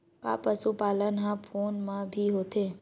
का पशुपालन ह फोन म भी होथे?